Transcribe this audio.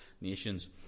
nations